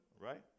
Right